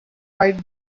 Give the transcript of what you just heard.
fight